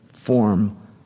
form